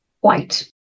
white